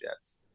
Jets